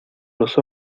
los